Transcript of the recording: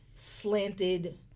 Slanted